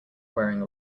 wearing